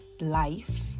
life